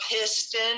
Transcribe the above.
piston